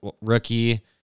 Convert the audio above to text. rookie